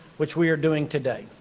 which we are doing today.